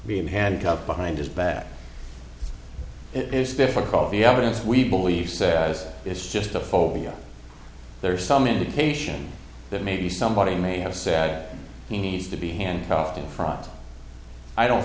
being handcuffed behind his back it is difficult the evidence we believe says is just a phobia there's some indication that maybe somebody may have said he needs to be handcuffed in front i don't